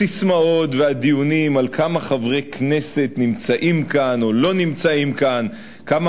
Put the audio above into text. הססמאות והדיונים על כמה חברי כנסת נמצאים כאן או לא נמצאים כאן וכמה